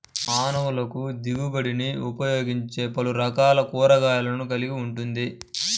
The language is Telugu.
మానవులకుదిగుబడినిఉపయోగించేపలురకాల కూరగాయలను కలిగి ఉంటుంది